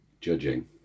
Judging